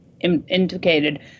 indicated